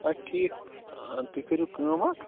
اَدٕ ٹھیٖک تُہۍ کٔرِو کٲم اَکھ